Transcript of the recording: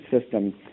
system